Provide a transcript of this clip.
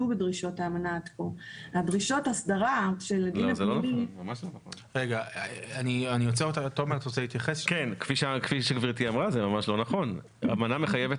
לניטור מצב הים התיכון אבל אנחנו חושבים